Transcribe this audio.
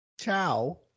Ciao